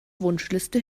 wunschliste